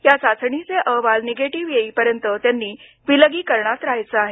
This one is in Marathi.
ह्या चाचणीचे अहवाल निगेटिव्ह येईपर्यंत त्यांनी विलगीकरणात रहायचे आहे